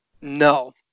No